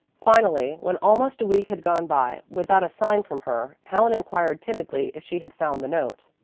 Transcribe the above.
finally, when almost a week had gone by without a sign from her, helen inquired timidly if she had found the note.